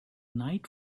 night